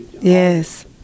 Yes